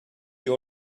you